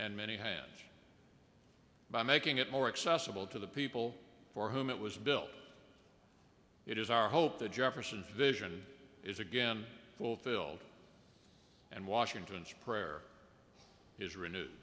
and many hands by making it more accessible to the people for whom it was built it is our hope that jefferson vision is again fulfilled and washington's prayer is